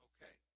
Okay